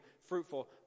fruitful